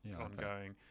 ongoing